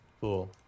Cool